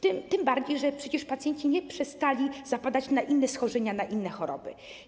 Tym bardziej że przecież pacjenci nie przestali zapadać na inne schorzenia, na inne choroby.